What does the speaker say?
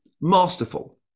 masterful